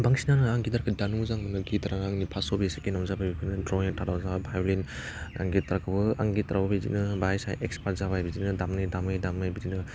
बांसिनानो आं गिटारखौ दामनो मोजां मोनो गिटारानो आंनि पास हबि सेकेन्डाव जाबाय द्रइं थार्दआव जाबाय भाइलिन आं गिटारखौ आं गिटाराव बिदिनो बाइसाइ इक्सपार्ट जाबाय बिदिनो दामै दामै दामै बिदिनो